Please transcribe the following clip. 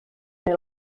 neu